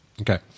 Okay